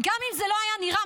גם אם זה לא היה נראה,